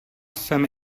jsem